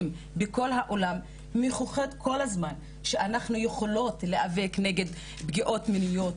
בכל העולם מוכיחות כל הזמן שאנחנו יכולות להיאבק נגד פגיעות מיניות,